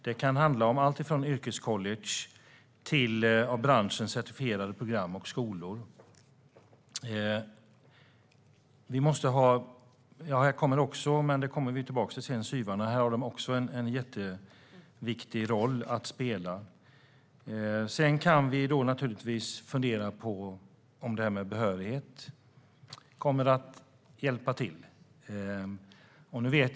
Det kan handla om alltifrån yrkescollege till av branschen certifierade program och skolor. Här har också studie och yrkesvägledarna en mycket viktig roll att spela. Vi kommer tillbaka till det sedan. Sedan kan vi fundera på om detta med behörighet kommer att hjälpa till.